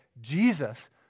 Jesus